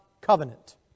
covenant